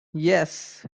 yes